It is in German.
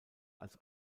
als